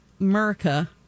America